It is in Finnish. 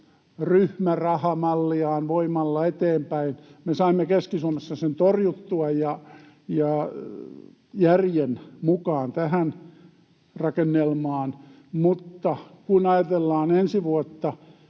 ryhmärahamalliaan voimalla eteenpäin. Me saimme Keski-Suomessa sen torjuttua ja järjen mukaan tähän rakennelmaan, mutta kun ajatellaan ensi vuotta,